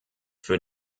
für